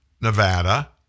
Nevada